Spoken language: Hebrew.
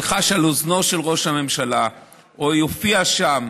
מי שילחש על אוזנו של ראש הממשלה או יופיע שם,